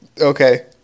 Okay